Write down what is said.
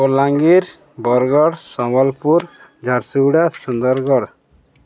Balangir Bargarh Sambalpur Jharsuguda Sundargarh